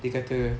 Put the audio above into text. dia kata